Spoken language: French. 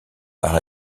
par